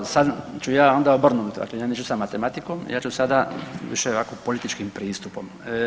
Pa sad ću ja onda obrnuto, ali ja neću sa matematikom, ja ću sada više ovako političkim pristupom.